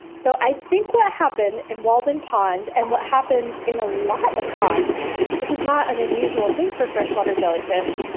so i think what happened in walden pond and what happens in a lot of ponds this is not an unusual thing for freshwater jellyfish,